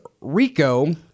Rico